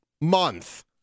month